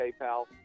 PayPal